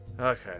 okay